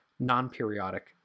non-periodic